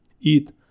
eat